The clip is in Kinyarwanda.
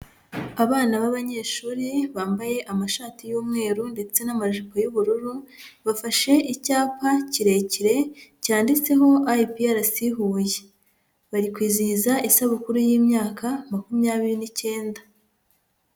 Abana b'abanyeshuri bambaye amashati y'umweru ndetse n'amajipo y'ubururu, bafashe icyapa kirekire cyanditseho IPRC Huye. Bari kwizihiza isabukuru y'imyaka makumyabiri n'icyenda.